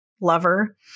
lover